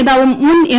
നേതാവും മുൻ എം